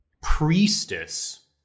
priestess